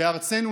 בארצנו,